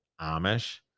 Amish